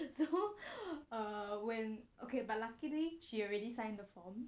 so uh when okay but luckily she already sign the form